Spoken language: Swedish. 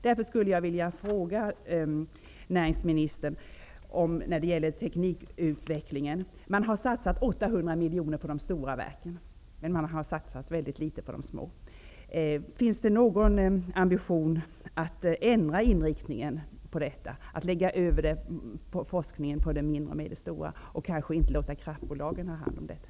Därför vill jag ställa en fråga till näringsministern om energiteknikutvecklingen. Man har satsat 800 miljoner på de stora verken, men mycket litet på de små. Finns det någon ambition att ändra inriktningen på detta, att lägga över satsningen på forskningen till de mindre och medelstora verken och kanske inte låta kraftbolagen ha hand om detta?